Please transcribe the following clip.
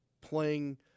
playing